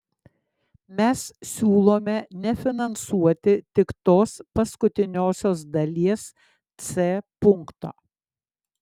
mes siūlome nefinansuoti tik tos paskutiniosios dalies c punkto